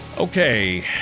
Okay